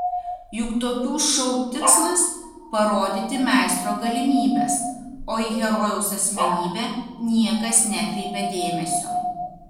juk tokių šou tikslas parodyti meistro galimybes o į herojaus asmenybę niekas nekreipia dėmesio